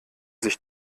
sich